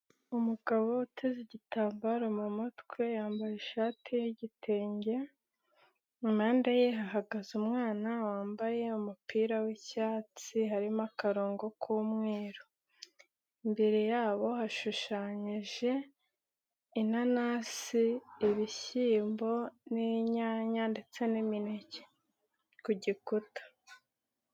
Umugabo uteze igitambaro mu mutwe, yambaye ishati y'igitenge, mu mpande ye hahagaze umwana wambaye umupira w'icyatsi harimo akarongo k'umweru, imbere yabo hashushanyije inanasi, ibishyimbo n'inyanya ndetse n'imineke, ku gikuta.